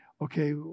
okay